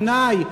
יש לו פנאי,